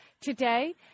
today